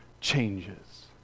changes